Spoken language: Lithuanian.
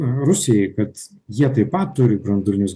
rusijai kad jie taip pat turi branduolinius